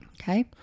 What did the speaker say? okay